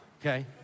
okay